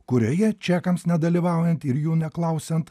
kurioje čekams nedalyvaujant ir jų neklausiant